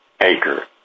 Acre